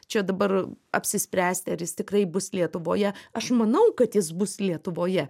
čia dabar apsispręsti ar jis tikrai bus lietuvoje aš manau kad jis bus lietuvoje